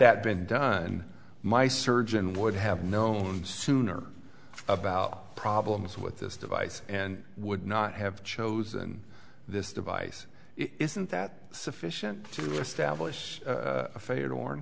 and my surgeon would have known sooner about problems with this device and would not have chosen this device isn't that sufficient to establish a failure to warn